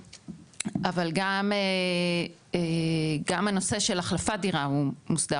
אבל גם הנושא של החלפת דירה הוא מוסדר